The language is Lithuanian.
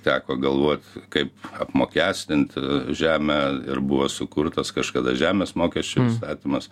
teko galvot kaip apmokestint žemę ir buvo sukurtas kažkada žemės mokesčių įstatymas